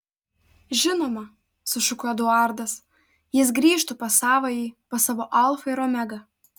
žinoma sušuko eduardas jis grįžtų pas savąjį pas savo alfą ir omegą